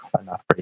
enough